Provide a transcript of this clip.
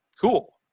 cool